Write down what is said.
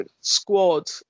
squad